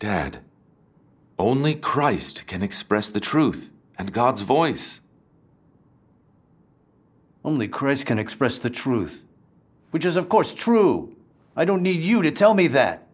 dad only christ can express the truth and god's voice only chris can express the truth which is of course true i don't need you to tell me that